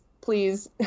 please